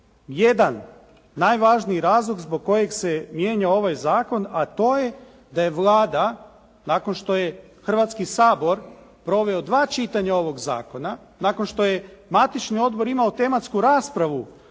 jedan najvažniji razlog zbog kojeg se mijenja ovaj zakon, a to je da je Vlada nakon što je Hrvatski sabor proveo dva čitanja ovog zakona, nakon što je matični odbor imao tematsku raspravu